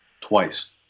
Twice